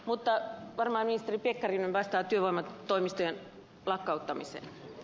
mutta varmaan ministeri pekkarinen vastaa työvoimatoimistojen lakkauttamiseen